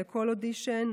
לכל אודישן.